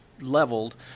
Leveled